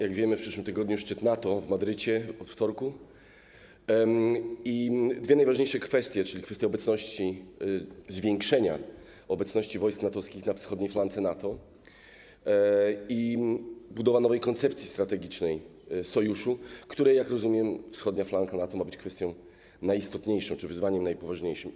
Jak wiemy, w przyszłym tygodniu od wtorku będzie szczyt NATO w Madrycie i będą poruszane dwie najważniejsze kwestie, czyli kwestia obecności, zwiększenia obecności wojsk NATO-wskich na wschodniej flance NATO i budowa nowej koncepcji strategicznej sojuszu, w której, jak rozumiem, wschodnia flanka NATO ma być kwestią najistotniejszą, czyli wyzwaniem najpoważniejszym.